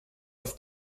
auf